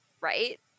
right